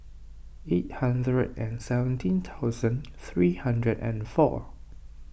eight hundred and seventeen thousand three hundred and four